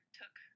took